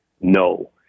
no